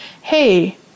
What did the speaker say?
hey